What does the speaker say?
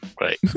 Right